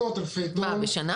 בשנה?